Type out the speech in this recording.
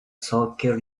soccer